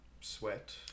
sweat